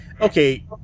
Okay